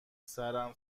سرم